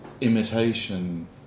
imitation